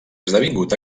esdevingut